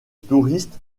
touriste